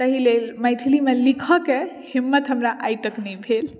ताहि लेल मैथिलीमे लिखय के हिम्मत हमरा आइ तक नहि भेल